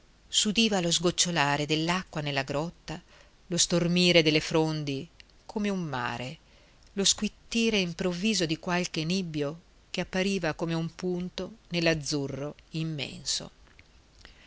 silenzio s'udiva lo sgocciolare dell'acqua nella grotta lo stormire delle frondi come un mare lo squittire improvviso di qualche nibbio che appariva come un punto nell'azzurro immenso